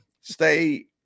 stay